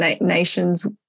nation's